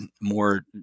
more